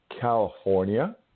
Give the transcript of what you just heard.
California